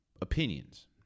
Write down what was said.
opinions